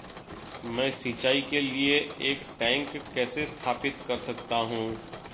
मैं सिंचाई के लिए एक टैंक कैसे स्थापित कर सकता हूँ?